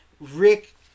Rick